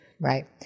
Right